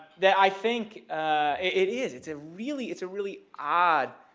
that i think it is it's a really it's a really odd.